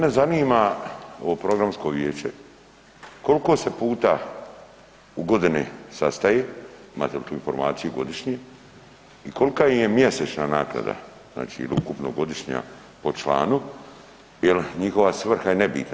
Mene zanima ovo programsko vijeće koliko se puta u godini sastaje, imate li tu informaciju godišnje i kolika im je mjesečna naknada znači ukupno godišnja po članu jel njihova svrha je nebitna.